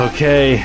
Okay